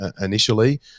initially